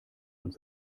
und